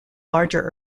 larger